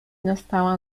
nastała